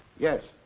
yes.